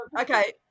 Okay